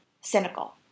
cynical